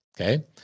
Okay